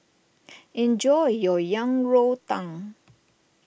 enjoy your Yang Rou Tang